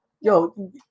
Yo